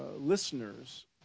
listeners